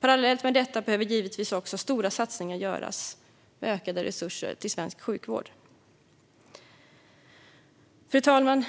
Parallellt med detta behöver givetvis också stora satsningar göras på ökade resurser till svensk sjukvård. Fru talman!